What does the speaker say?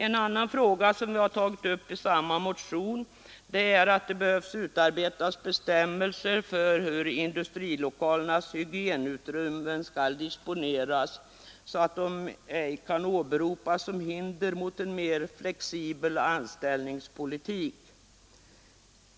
En annan fråga som vi tagit upp i samma motion gäller utarbetande av bestämmelser för hur industrilokalernas hygienutrymmen skall disponeras så att de ej kan åberopas som hinder mot en mer flexibel anställningspolitik.